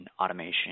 automation